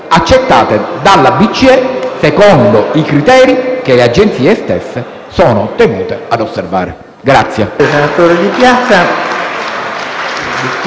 accettate dalla BCE, secondo i criteri che le stesse sono tenute ad osservare.